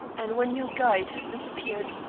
and when your guide has disappeared,